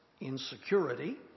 insecurity